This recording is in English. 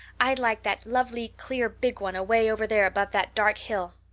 i'd like that lovely clear big one away over there above that dark hill.